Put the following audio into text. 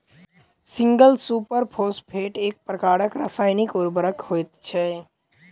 single super phosphate एक प्रकारक रासायनिक उर्वरक होइत छै